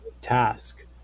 task